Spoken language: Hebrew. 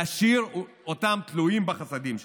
להשאיר אותם תלויים בחסדים שלהם.